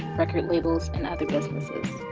record labels and other businesses.